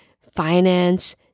finance